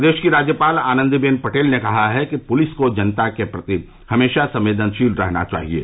प्रदेश की राज्यपाल आनन्दीबेन पटेल ने कहा है कि पुलिस को जनता के प्रति हमेशा संवेदनशील रहना चाहिये